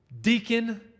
deacon